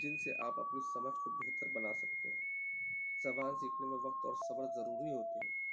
جن سے آپ اپنی سمجھ کو بہتر بنا سکتے ہیں زبان سیکھنے میں وقت اور صبر ضروری ہوتے ہیں